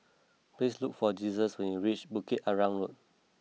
please look for Jesus when you reach Bukit Arang Road